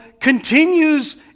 continues